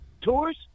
Tours